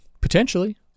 Potentially